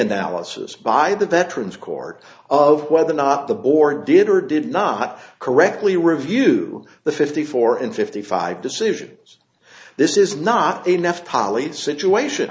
analysis by the veterans court of whether or not the board did or did not correctly review the fifty four and fifty five decisions this is not enough pollies situation